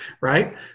right